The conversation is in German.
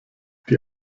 die